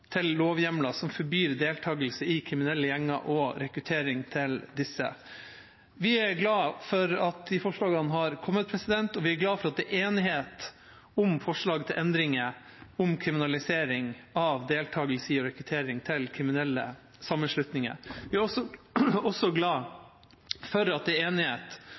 til lovhjemler som forbyr deltakelse i kriminelle gjenger og rekruttering til disse. Vi er glad for at de forslagene har kommet, og vi er glad for at det er enighet om forslag til endringer om kriminalisering av deltakelse i og rekruttering til kriminelle sammenslutninger. Vi er også glad for at det er enighet